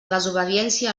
desobediència